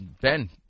Ben